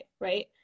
right